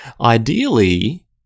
Ideally